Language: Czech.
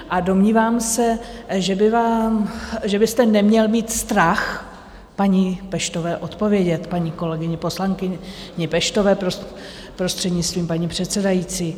A domnívám se, že byste neměl mít strach paní Peštové odpovědět, paní kolegyni poslankyni Peštové, prostřednictvím paní předsedající.